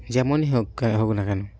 যেমনই হোক হোক না কেন